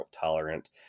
tolerant